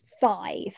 five